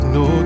no